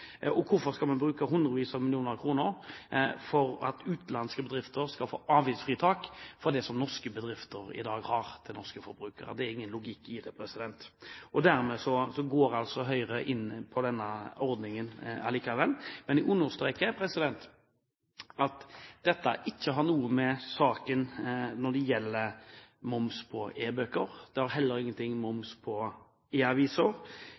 Og hvorfor skulle man bruke hundrevis av millioner kroner for at utenlandske bedrifter skal få avgiftsfritak sammenlignet med det systemet som norske bedrifter i dag har overfor norske forbrukere? Det er ingen logikk i det. Dermed går altså Høyre inn på denne ordningen allikevel. Men jeg understreker at dette ikke har noe å gjøre med moms på e-bøker, det har heller ikke noe å gjøre med moms på aviser, og det har heller ingenting